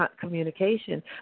communication